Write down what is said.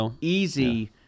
easy